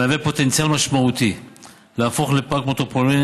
המהווה פוטנציאל משמעותי להפוך לפארק מטרופוליני